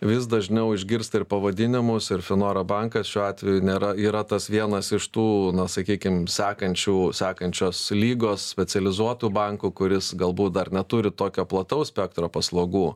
vis dažniau išgirsta ir pavadinimus ir finora bankas šiuo atveju nėra yra tas vienas iš tų na sakykim sekančių sekančios lygos specializuotų bankų kuris galbūt dar neturi tokio plataus spektro paslaugų